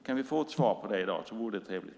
Kan vi få ett svar på det i dag så vore det trevligt.